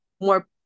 more